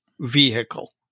vehicle